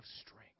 strength